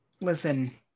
Listen